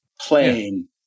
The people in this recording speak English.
playing